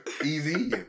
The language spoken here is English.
Easy